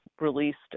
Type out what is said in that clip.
released